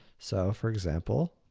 so, for example,